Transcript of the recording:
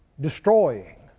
destroying